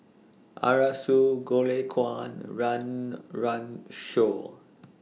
Arasu Goh Lay Kuan Run Run Shaw